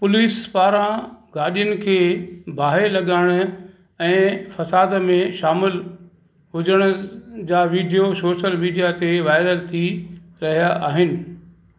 police पारां गाॾियुनि खे बाह लॻाइण ऐं फसाद में शामिलु हुजण जा वीडियो सोशल मीडिया ते वायरल थी रहिया आहिनि